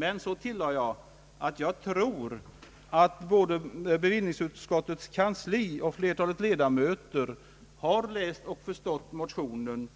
Sedan tillade jag att jag tror att både bevillningsutskottets kansli och flertalet ledamöter har läst och förstått motionen